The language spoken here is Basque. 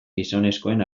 gizonezkoen